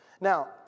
Now